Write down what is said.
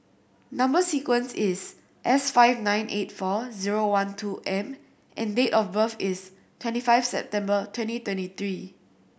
number sequence is S five nine eight four zero one two M and date of birth is twenty five September twenty twenty three